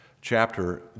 chapter